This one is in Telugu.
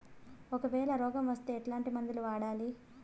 ఒకవేల రోగం వస్తే ఎట్లాంటి మందులు వాడాలి?